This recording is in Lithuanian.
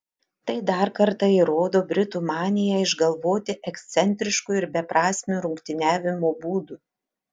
tai dar kartą įrodo britų maniją išgalvoti ekscentriškų ir beprasmių rungtyniavimo būdų